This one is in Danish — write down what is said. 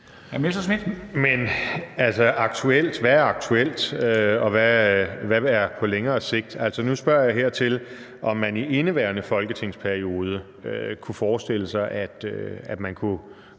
hvad er aktuelt? Og hvad er på længere sigt? Nu spørger jeg her til, om man i indeværende folketingsperiode kunne forestille sig, at man kunne